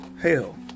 Hell